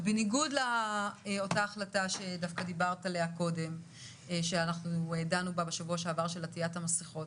בניגוד להחלטה שדיברת עליה קודם על עטיית המסכות,